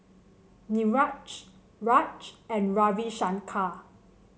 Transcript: Niraj Raj and Ravi Shankar